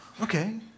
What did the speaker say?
okay